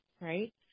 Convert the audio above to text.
right